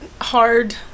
hard